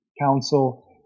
Council